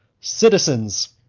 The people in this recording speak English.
citizens!